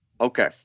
Okay